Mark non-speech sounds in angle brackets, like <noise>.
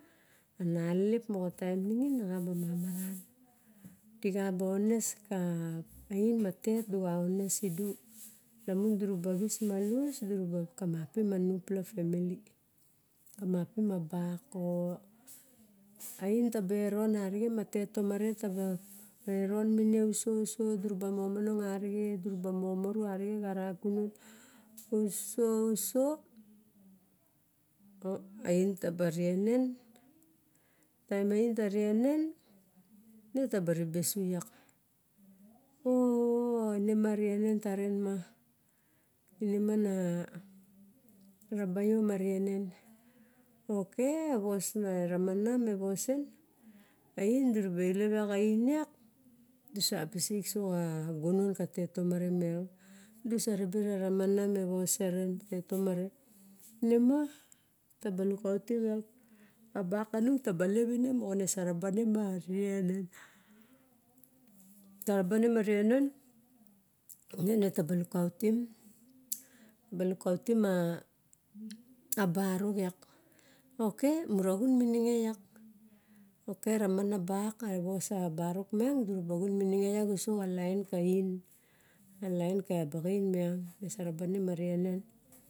Ana lelep maxa taem ningin nexaba mamaran. Dixa ba ones <hesitation> oin ma tet duxa ones tidu lamon dura ba xis <noise> malus duroba kamapim a niupla family. Kamapim a bak, <noise> o oin taberon arixen ma tet tomare mine uso, uso duraba momonong arixe duraba monong arixe xa rei gunon, uso uso. o oin taba rienen, taem oin ta rienen, nataba ribe su lak. Onima a rienen taren ma, ne ma, na reba io ma rienen, ok avas eramana me sosen oin direba lep iak oin iak dusa pilk so xa gunon ka tet tomare miang dusa ribe rena mana me vosarer, tomare, nima taba lukautim lak, a bakanu ta ba lep ine maxa ne gareba lukautim, <noise> taba lukautim <noise> a barok iak, ok mura xan mininge lak. Ok eramara bak e vos a barok miang dura ba xun mininge iak uso xa laen ka oin, a laen ka baxan miang ne sa raba re ma rienen <noise>